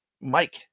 Mike